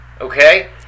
Okay